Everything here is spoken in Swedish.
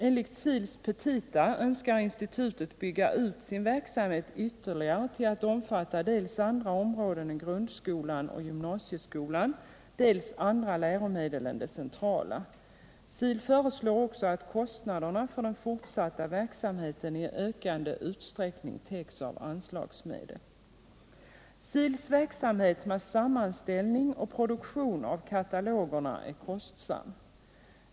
Enligt SIL:s petita önskar institutet bygga ut sin verksamhet ytterligare till att omfatta dels andra områden än grundskolan och gymnasieskolan, dels andra läromedel än de centrala. SIL föreslår också att kostnaderna för den fortsatta verksamheten i ökande utsträckning täcks av anslagsmedel. SIL:s verksamhet med sammanställning och produktion av katalogerna är kostsam.